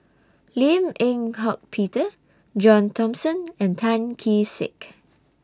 Lim Eng Hock Peter John Thomson and Tan Kee Sek